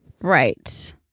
Right